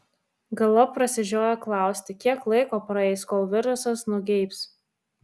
galop prasižiojo klausti kiek laiko praeis kol virusas nugeibs